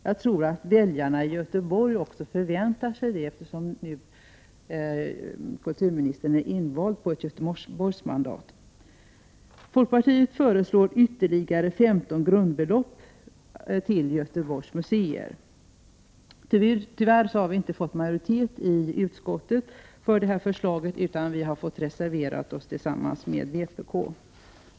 Jag tror att väljarna i Göteborg förväntar sig det, eftersom kulturministern är invald på ett Göteborgsmandat. Folkpartiet föreslår ytterligare 15 grundbelopp till Göteborgs museer. Tyvärr har vi inte fått majoritet i utskottet för detta förslag, utan vi har fått reservera oss tillsammans med vpk.